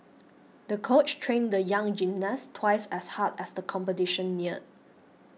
the coach trained the young gymnast twice as hard as the competition neared